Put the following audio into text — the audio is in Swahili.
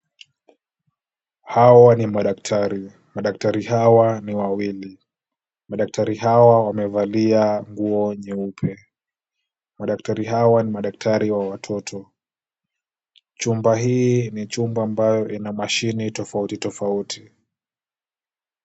Hawa ni madaktari. Madaktari hawa ni wawili. Madaktari hawa wamevalia nguo nyeupe. Madaktari hawa ni madaktari wa watoto. Chumba hii ni chumba ambayo ina mashini tofauti tofauti.